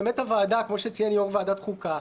באמת הוועדה, כמו שציין יו"ר ועדת חוקה,